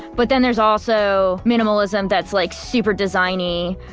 but then there's also minimalism that's like super designy,